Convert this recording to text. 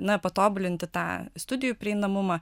na patobulinti tą studijų prieinamumą